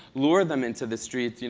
lure them into the streets, you know